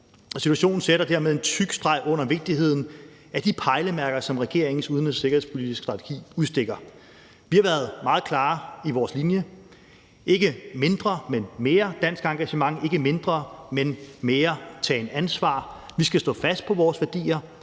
Situationen sætter dermed en tyk streg under vigtigheden af de pejlemærker, som regeringens udenrigs- og sikkerhedspolitiske strategi udstikker. Vi har været meget klare i vores linje: Der skal ikke være mindre, men mere dansk engagement, og der skal ikke være mindre, men mere tagen ansvar. Vi skal stå fast på vores værdier,